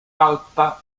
alta